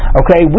okay